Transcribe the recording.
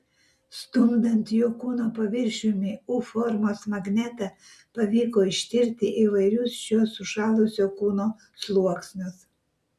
stumdant jo kūno paviršiumi u formos magnetą pavyko ištirti įvairius šio sušalusio kūno sluoksnius